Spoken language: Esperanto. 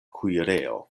kuirejo